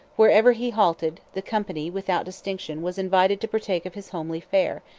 wherever he halted, the company, without distinction, was invited to partake of his homely fare,